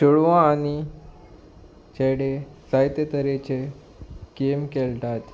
चेडवां आनी चेडे जायते तरेचे गेम खेळटात